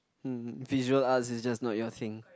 uh visual arts is just not your thing